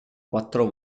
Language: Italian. quattro